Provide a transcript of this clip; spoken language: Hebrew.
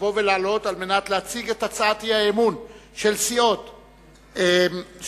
לעלות ולהציג את הצעת האי-אמון של סיעות חד"ש,